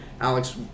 Alex